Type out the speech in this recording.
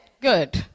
Good